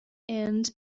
and